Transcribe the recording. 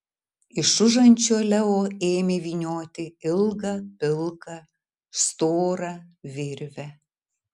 iš užančio leo ėmė vynioti ilgą pilką storą virvę